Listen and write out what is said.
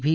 V